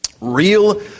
Real